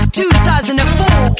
2004